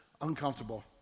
uncomfortable